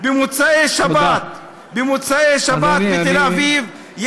במוצאי-שבת בתל-אביב,